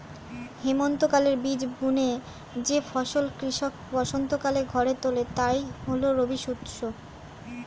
হেমন্তকালে বীজ বুনে যে ফসল কৃষক বসন্তকালে ঘরে তোলে তাই রবিশস্য